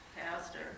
pastor